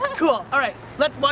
cool, alright. let's,